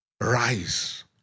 rise